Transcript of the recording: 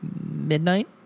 midnight